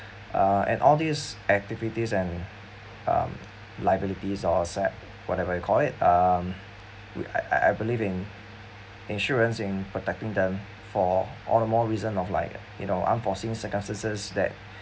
uh and all these activities and um liabilities offset whatever you call it um uh I I believe in insurance in protecting them for all the more reason of like you know unforeseen circumstances that